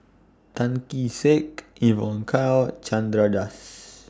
Tan Kee Sek Evon Kow Chandra Das